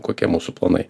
kokie mūsų planai